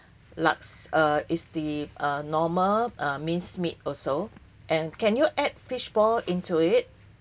larks~ uh is the uh normal mincemeat also and can you add fishball into it